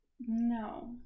No